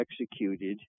executed